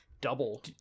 double